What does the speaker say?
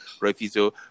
Rafizo